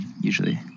usually